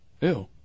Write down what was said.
Ew